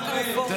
אתה